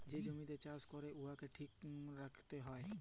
যে জমিতে চাষ ক্যরে উয়াকে ঠিক ক্যরে রাইখতে হ্যয়